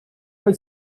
man